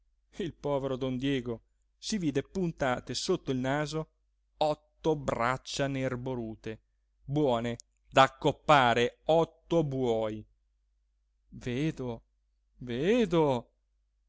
il povero don diego si vide puntate sotto il naso otto braccia nerborute buone da accoppare otto buoi vedo vedo